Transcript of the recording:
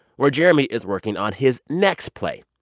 where jeremy is working on his next play.